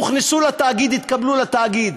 שהוכנסו לתאגיד, התקבלו לתאגיד.